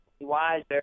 wiser